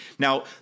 Now